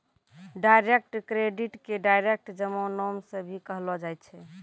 direct credit के direct जमा नाम से भी कहलो जाय छै